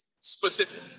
Specific